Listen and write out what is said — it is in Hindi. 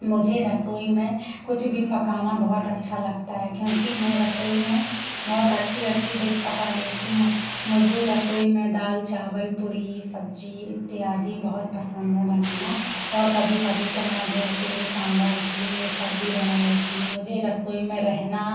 मुझे रसोई में कुछ भी पकाना बहुत अच्छा लगता है क्योंकि मैं रसोई में बहुत अच्छी अच्छी डिस पका लेती हूँ मुझे रसोई में दाल चावल पुरी सब्ज़ी इत्यादि बहुत पसंद है बनाना और कभी कभी तो मैं ढोकले सांभर इडली यह सब भी बना लेती हूँ मुझे रसोई में रहना